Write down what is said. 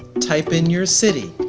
type in your city.